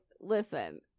Listen